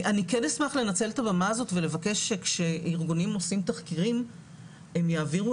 אני כן אשמח לנצל את הבמה הזאת ולבקש שכשארגונים עושים תחקירים הם יעבירו